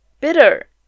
bitter